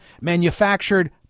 manufactured